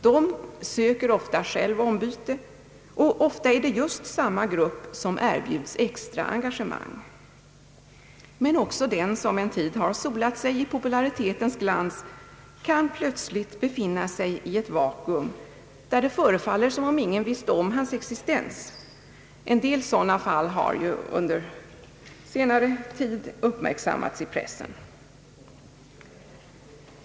De söker ofta själva ombyte, och det är ofta just den gruppen som erbjuds extraengagemang. Men också den som en tid har solat sig i popularitetens glans kan plötsligt befinna sig i ett vakuum, där det förefaller som om ingen visste om hans existens. En del sådana fall har ju uppmärksammats i pressen på senare tid.